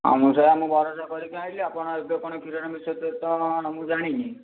ହଁ ମୁଁ ସେଇଆ ମୁଁ ବରଜ କରିକି ଆଣିଲି ଆପଣ ଏବେ କଣ କ୍ଷୀରରେ ମିଶେଇଥିବେ କଣ ମୁଁ ଜାଣିବି